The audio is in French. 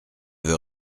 veut